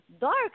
dark